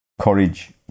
Courage